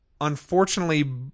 Unfortunately